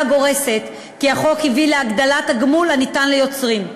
הגורסת כי החוק הביא להגדלת הגמול הניתן ליוצרים.